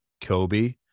Kobe